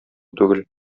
түгел